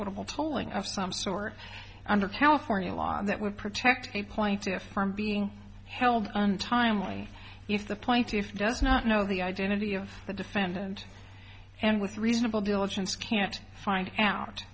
tolling of some sort under california law that would protect a point if from being held timely if the point if does not know the identity of the defendant and with reasonable diligence can't find out